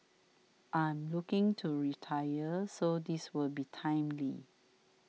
I'm looking to retire so this will be timely